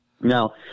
Now